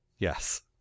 Yes